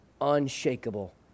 unshakable